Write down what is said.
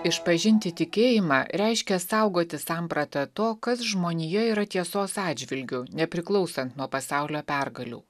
išpažinti tikėjimą reiškia saugoti sampratą to kas žmonija yra tiesos atžvilgiu nepriklausant nuo pasaulio pergalių